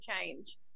change